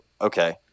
okay